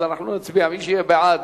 אנחנו נצביע: מי שיהיה בעד,